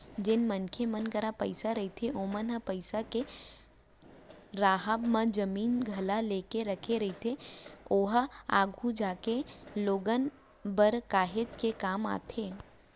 जेन मनखे मन करा पइसा रहिथे ओमन ह पइसा के राहब म जमीन जघा लेके रखे रहिथे ओहा आघु जागे लोगन बर काहेच के काम आथे